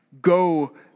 Go